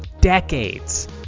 decades